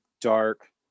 dark